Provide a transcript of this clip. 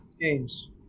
games